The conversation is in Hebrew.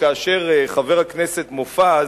כאשר חבר הכנסת מופז